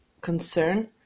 concern